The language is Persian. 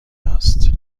است